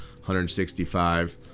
165